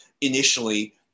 initially